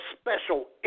special